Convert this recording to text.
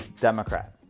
Democrat